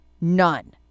None